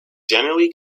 generally